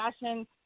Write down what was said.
fashion